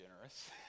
generous